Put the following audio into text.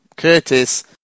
Curtis